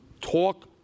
talk